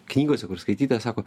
knygose kur skaityta sako